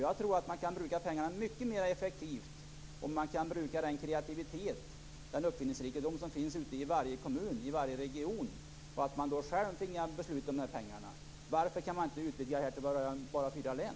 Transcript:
Jag tror att man kan bruka pengarna mycket mera effektivt om man kan bruka den kreativitet och uppfinningsrikedom som finns ute i varje kommun och i varje region. Då hade man själv fått fatta beslut om pengarna. Varför kan vi inte utvidga verksamheten från att bara gälla fyra län?